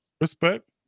Respect